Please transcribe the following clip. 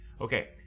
Okay